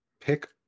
pick